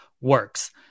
works